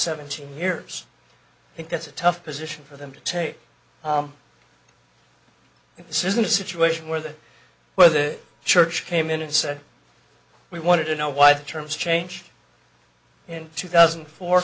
seventeen years i think that's a tough position for them to take if this isn't a situation where the where the church came in and said we wanted to know why the terms change in two thousand